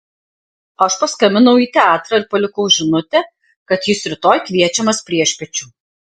aš paskambinau į teatrą ir palikau žinutę kad jis rytoj kviečiamas priešpiečių